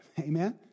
Amen